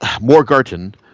Morgarten